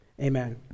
Amen